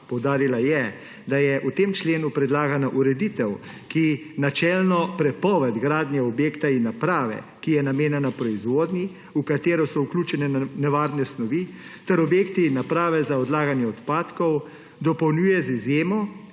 Poudarila je, da je v tem členu predlagana ureditev, ki načelno prepoved gradnje objekta in naprave, ki je namenjena proizvodnji, v katero so vključene nevarne snovi, ter objekta in naprave za odlaganje odpadkov, dopolnjuje z izjemo,